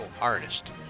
artist